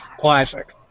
classic